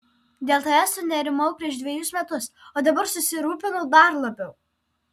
dėl tavęs sunerimau prieš dvejus metus o dabar susirūpinau dar labiau